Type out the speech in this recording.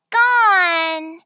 gone